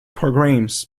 programs